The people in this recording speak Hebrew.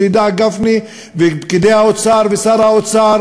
שידעו גפני ופקידי האוצר ושר האוצר